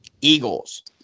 Eagles